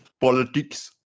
Politics